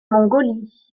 mongolie